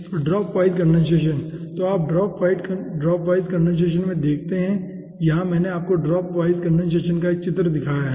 तो drop wise condensation तो आप ड्रॉप वाइज कंडेनसेशन में देखते हैं यहां मैंने आपको ड्रॉप वाइज कंडेनसेशन एक चित्र में दिया है